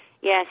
Yes